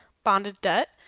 bonded debt,